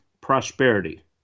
prosperity